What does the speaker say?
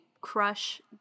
Crush